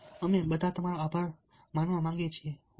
અને અમે બધા તમારો આભાર માનવા માંગીએ છીએ